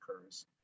occurs